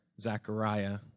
Zechariah